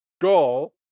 Goal